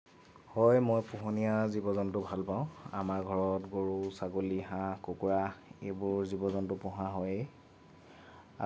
হয় মই পোহনীয়া জীৱ জন্তু ভাল পাওঁ আমাৰ ঘৰত গৰু ছাগলী হাঁহ কুকুৰা এইবোৰ জীৱ জন্তু পোহা হয়েই